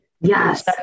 Yes